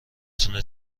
تونه